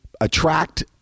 attract